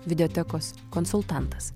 videotekos konsultantas